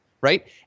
right